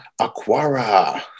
Aquara